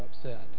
upset